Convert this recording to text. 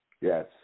Yes